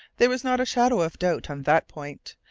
there was not a shadow of doubt on that point.